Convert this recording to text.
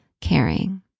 caring